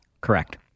Correct